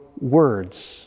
words